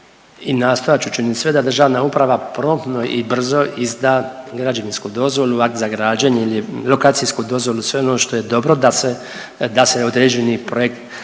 i nastojat ću učiniti sve da državna uprava promptno i brzo izda građevinsku dozvolu, akt za građenje ili lokacijsku dozvolu, sve ono što je dobro da se, da se određeni projekt